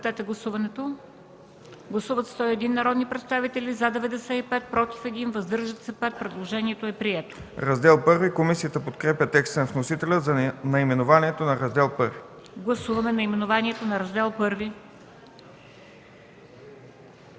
Гласуваме наименованието на Раздел І.